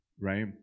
Right